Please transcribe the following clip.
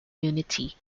unity